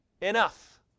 enough